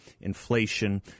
inflation